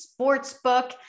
Sportsbook